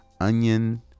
onion